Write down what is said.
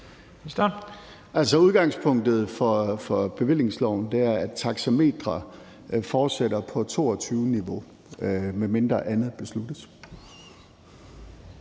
udgangspunktet for bevillingsloven er, at taxametrene fortsætter på 2022-niveau, med mindre andet besluttes.